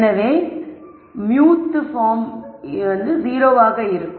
எனவே th 0 ஆகும்